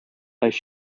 ice